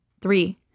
Three